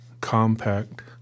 compact